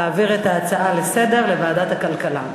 להעביר את ההצעה לסדר-היום לוועדת הכלכלה.